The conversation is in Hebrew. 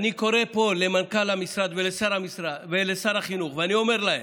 קורא פה למנכ"ל המשרד ולשר החינוך ואני אומר להם: